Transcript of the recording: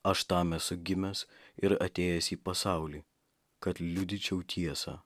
aš tam esu gimęs ir atėjęs į pasaulį kad liudyčiau tiesą